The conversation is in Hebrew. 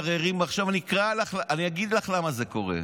עכשיו אני אגיד לך למה זה קורה.